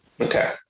Okay